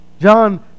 John